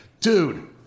dude